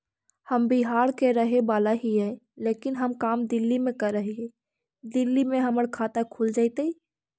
हम बिहार के रहेवाला हिय लेकिन हम काम दिल्ली में कर हिय, दिल्ली में हमर खाता खुल जैतै?